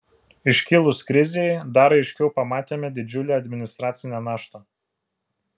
iškilus krizei dar aiškiau pamatėme didžiulę administracinę naštą